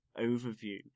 overview